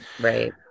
right